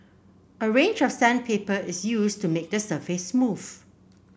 a range of sandpaper is used to make the surface smooth